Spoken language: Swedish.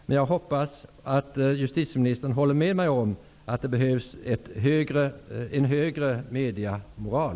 Men jag hoppas att justitieministern håller med mig om att det behövs en högre mediemoral.